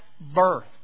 birth